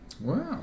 Wow